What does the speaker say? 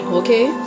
okay